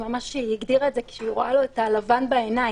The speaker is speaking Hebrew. היא הגדירה את זה שהיא רואה לו את הלבן בעיניים.